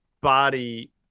body